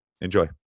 Enjoy